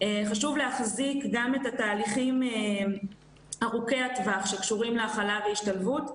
חשוב להחזיק גם את התהליכים ארוכי הטווח שקשורים להכלה והשתלבות.